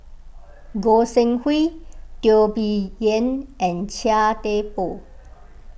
Goi Seng Hui Teo Bee Yen and Chia Thye Poh